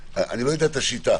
אני לא יודע מה השיטה,